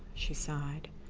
she sighed,